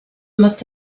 must